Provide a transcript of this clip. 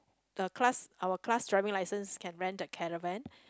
the class our class driving license can rent a caravan